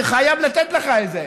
אני חייב לתת לך את זה,